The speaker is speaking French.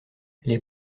les